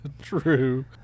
True